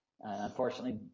Unfortunately